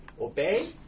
Obey